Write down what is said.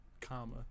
comma